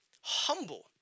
humble